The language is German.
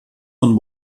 von